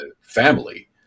family